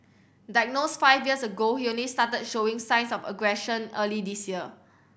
diagnosed five years ago he only started showing signs of aggression early this year